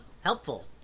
helpful